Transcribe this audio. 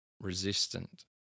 resistant